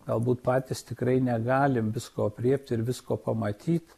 galbūt patys tikrai negalim visko aprėpti visko pamatyt